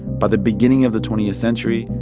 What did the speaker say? by the beginning of the twentieth century,